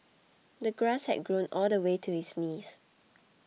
the grass had grown all the way to his knees